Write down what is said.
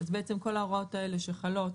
כל ההוראות האלה שחלות